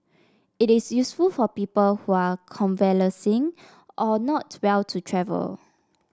it is useful for people who are convalescing or not well to travel